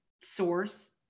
source